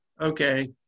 Okay